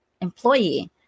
employee